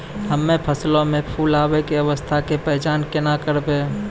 हम्मे फसलो मे फूल आबै के अवस्था के पहचान केना करबै?